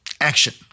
Action